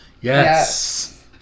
yes